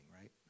right